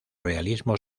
realismo